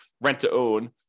rent-to-own